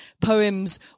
poems